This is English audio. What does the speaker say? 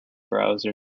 browser